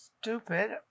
stupid